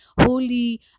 holy